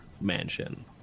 Mansion